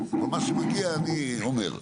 מה שמגיע אני אומר.